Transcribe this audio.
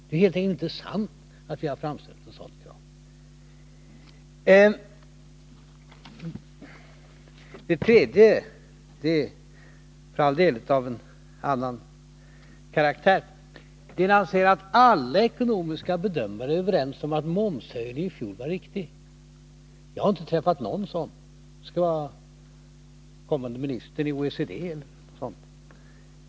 Det är helt enkelt inte sant att vi har framställt något sådant krav. Det tredje — som för all del är av en annan karaktär — är när Thorbjörn Fälldin säger att alla ekonomiska bedömare är överens om att momshöjningen i fjol var riktig. Jag har inte träffat någon sådan. Det skulle möjligen vara sådana som den kommande ministern i OECD.